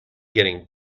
getting